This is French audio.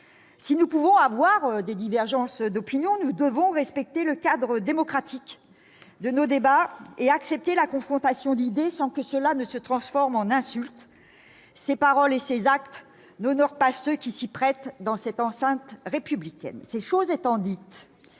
Si nous pouvons avoir des divergences d'opinions, nous devons respecter le cadre démocratique de nos débats et accepter la confrontation d'idées, sans qu'elle donne lieu à des insultes. Ces paroles et ces actes n'honorent pas ceux qui s'y prêtent dans cette enceinte républicaine. Cette mise